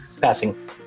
passing